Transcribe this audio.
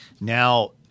now